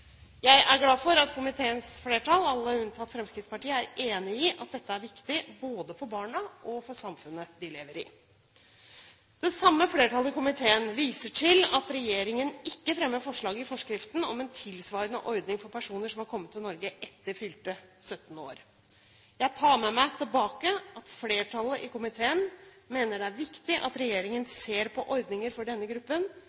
Jeg er glad for at komiteens flertall – alle unntatt Fremskrittspartiet – er enig i at dette er viktig både for barna og for samfunnet de lever i. Det samme flertallet i komiteen viser til at regjeringen ikke fremmer forslag i forskriften om en tilsvarende ordning for personer som har kommet til Norge etter fylte 17 år. Jeg tar med meg tilbake at flertallet i komiteen mener det er viktig at